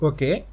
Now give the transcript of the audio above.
Okay